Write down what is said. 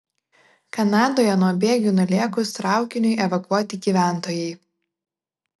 kanadoje nuo bėgių nulėkus traukiniui evakuoti gyventojai